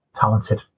talented